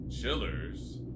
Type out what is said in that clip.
Chillers